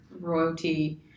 royalty